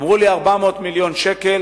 אמרו לי: 400 מיליון שקל.